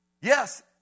Yes